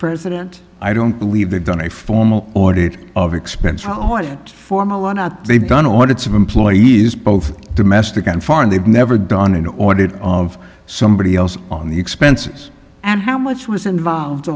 president i don't believe they've done a formal audit of expense how it form a lot out they've done on its employees both domestic and foreign they've never done an audit of somebody else on the expenses and how much was involved